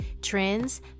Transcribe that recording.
trends